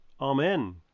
Amen